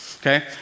okay